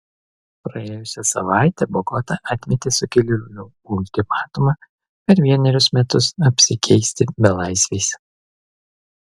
praėjusią savaitę bogota atmetė sukilėlių ultimatumą per vienerius metus apsikeisti belaisviais